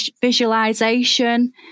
visualization